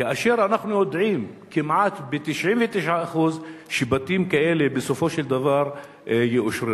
כאשר אנחנו יודעים כמעט ב-99% שבתים כאלה בסופו של דבר יאושררו.